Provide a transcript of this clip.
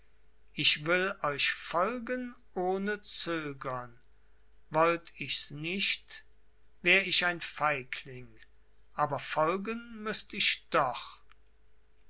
ich will euch folgen ohne zögern wollt ich's nicht wär ich ein feigling aber folgen müßt ich doch